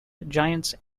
giants